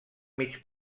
mig